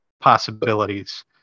possibilities